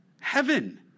Heaven